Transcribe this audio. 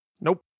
Nope